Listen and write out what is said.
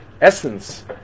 essence